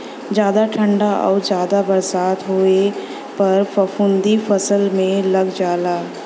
जादा ठंडा आउर जादा बरसात होए पर फफूंदी फसल में लग जाला